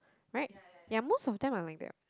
right ya most of them are like that